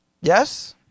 Yes